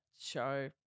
show